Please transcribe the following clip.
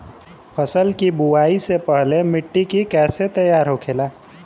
फसल की बुवाई से पहले मिट्टी की कैसे तैयार होखेला?